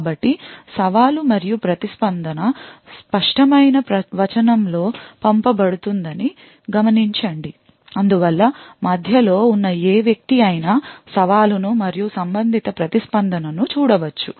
కాబట్టి సవాలు మరియు ప్రతిస్పందన స్పష్టమైన వచనం లో పంపబడుతుందని గమనించండి అందువల్ల మధ్య లో ఉన్న ఏ వ్యక్తి అయినా సవాలు ను మరియు సంబంధిత ప్రతిస్పందన ను చూడవచ్చు